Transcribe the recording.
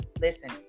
listen